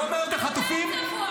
אתה צבוע, אתה צבוע.